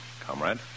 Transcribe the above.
Comrade